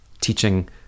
teaching